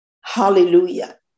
Hallelujah